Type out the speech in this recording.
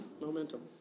momentum